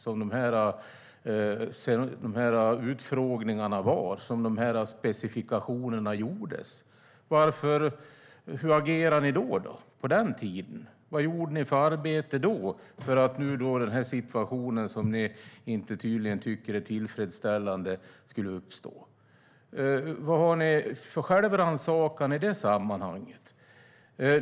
Det var då man höll utfrågningar och lade fast specifikationerna. Hur agerade ni på den tiden? Vad gjorde ni för arbete då för att denna situation, som ni inte tycker är tillfredsställande, inte skulle uppstå? Vad gör ni för självrannsakan i det sammanhanget?